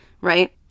Right